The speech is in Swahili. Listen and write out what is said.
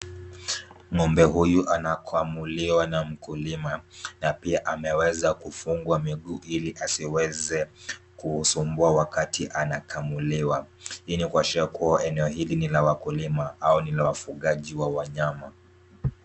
Ng'ombe huyu anakuamuliwa na mkulima na pia ameweza kufungwa miguu ili asiweze kusumbua wakati anakamuliwa. Hii ni kwa shauku eneo hili ni la wakulima au ni la wafugaji wa wanyama.